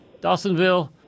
Dawsonville